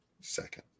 second